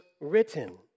written